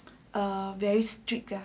ah very strict